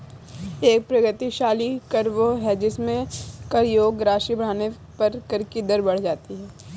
एक प्रगतिशील कर वह है जिसमें कर योग्य राशि बढ़ने पर कर की दर बढ़ जाती है